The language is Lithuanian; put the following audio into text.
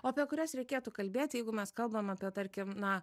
o apie kurias reikėtų kalbėti jeigu mes kalbam apie tarkim na